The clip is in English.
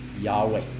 Yahweh